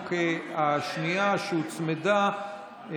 אני רוצה לעבור להצבעה בהצעת החוק השנייה שהוצמדה,